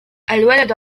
الولد